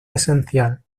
esencial